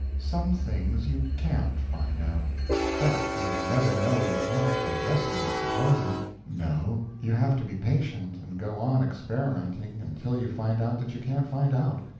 some things you can't find out but you will never know you can't by guessing and supposing no, you have to be patient and go on experimenting until you find out that you can't find out.